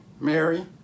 Mary